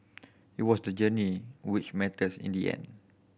it was the journey which matters in the end